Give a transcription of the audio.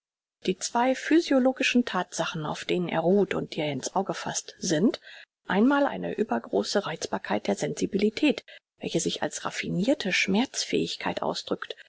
die zwei physiologischen thatsachen auf denen er ruht und die er in's auge faßt sind einmal eine übergroße reizbarkeit der sensibilität welche sich als raffinirte schmerzfähigkeit ausdrückt